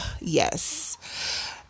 Yes